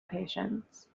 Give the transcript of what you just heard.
patience